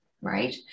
right